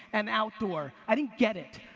and outdoor. i didn't get it.